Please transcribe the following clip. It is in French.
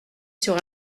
sur